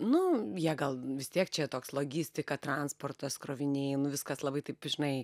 nu jie gal vis tiek čia toks logistika transportas kroviniai nu viskas labai taip žinai